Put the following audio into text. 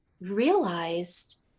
realized